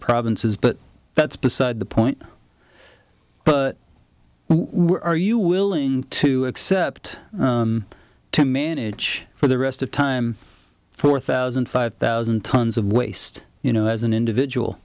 provinces but that's beside the point where are you willing to accept to manage for the rest of time four thousand five thousand tons of waste you know as an individual